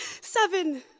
seven